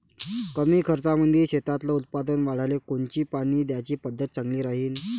कमी खर्चामंदी शेतातलं उत्पादन वाढाले कोनची पानी द्याची पद्धत चांगली राहीन?